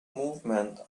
movement